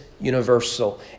universal